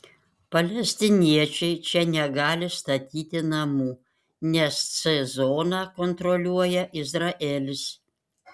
palestiniečiai čia negali statyti namų nes c zoną kontroliuoja izraelis